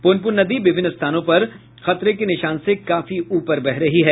पुनपुन नदी विभिन्न स्थानों पर खतरे के निशान से काफी ऊपर बह रही है